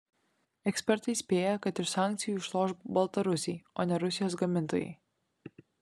ekspertai spėja kad iš sankcijų išloš baltarusiai o ne rusijos gamintojai